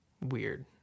weird